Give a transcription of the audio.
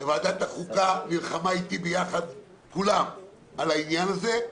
ועדת החוקה נלחמה איתי ביחד, כולם, על העניין הזה.